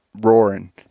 roaring